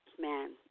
man